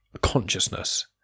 consciousness